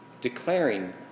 declaring